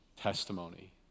testimony